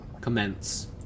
commence